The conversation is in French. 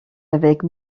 avec